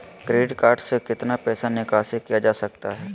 Credit card से कितना पैसा निकासी किया जा सकता है?